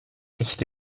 echte